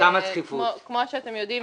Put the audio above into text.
כמו שאתם יודעים,